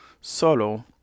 solo